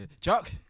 Chuck